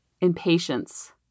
impatience